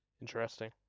Interesting